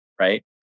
Right